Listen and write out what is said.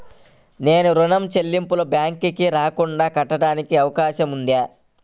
నేను ఋణం చెల్లింపులు బ్యాంకుకి రాకుండా కట్టడానికి అవకాశం ఉందా?